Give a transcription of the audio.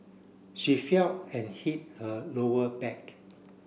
she fell and hit her lower back